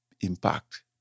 impact